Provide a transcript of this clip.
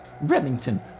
Remington